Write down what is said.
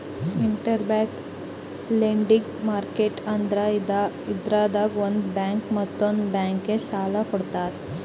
interbank lending market ಅಂದ್ರ ಇದ್ರಾಗ್ ಒಂದ್ ಬ್ಯಾಂಕ್ ಮತ್ತೊಂದ್ ಬ್ಯಾಂಕಿಗ್ ಸಾಲ ಕೊಡ್ತದ್